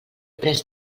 pres